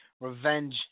revenge